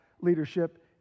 leadership